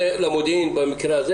לפני שאני עושה את הבדיקה,